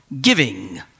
giving